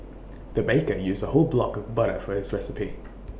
the baker used A whole block of butter for this recipe